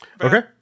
Okay